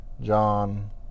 John